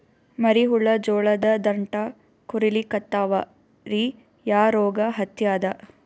ಮರಿ ಹುಳ ಜೋಳದ ದಂಟ ಕೊರಿಲಿಕತ್ತಾವ ರೀ ಯಾ ರೋಗ ಹತ್ಯಾದ?